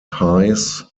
hayes